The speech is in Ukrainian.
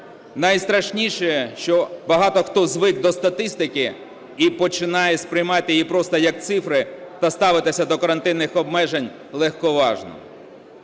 Найстрашніше, що багато хто звик до статистики і починає сприймати її просто як цифри та ставитися до карантинних обмежень легковажно.